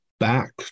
back